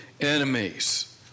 enemies